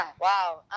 Wow